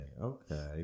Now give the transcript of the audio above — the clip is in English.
Okay